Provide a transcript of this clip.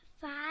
five